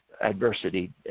adversity